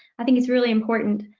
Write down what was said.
i think it's really important.